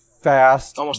fast